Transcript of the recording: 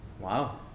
Wow